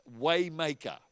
Waymaker